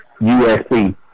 USC